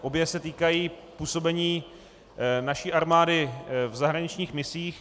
Obě se týkají působení naší armády v zahraničních misích.